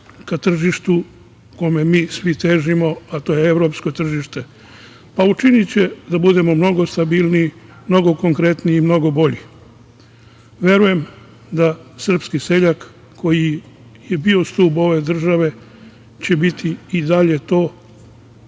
ka tržištu kome mi svi težimo, a to je evropsko tržište? Pa učiniće da budemo mnogo stabilniji, mnogo konkretniji i mnogo bolji. Verujem da srpski seljak koji je bio stub ove države će biti i dalje to